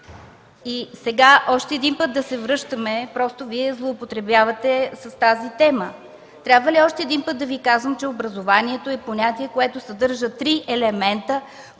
Сега още веднъж да се връщаме – просто Вие злоупотребявате с тази тема. Трябва ли още един път да Ви казвам, че „образованието” е понятие, което съдържа три елемента,